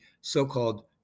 so-called